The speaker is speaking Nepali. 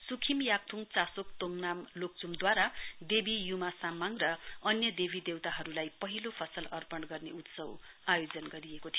सुखिम याकथुङ चासोङ तोङनाम लोकचुमद्वारा देवी यूमा साम्माङ र अन्य देवी देवताहरूलाई पहिलो फसल अर्पण गर्ने उत्सव आयोजन गरिएको थियो